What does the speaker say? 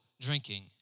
drinking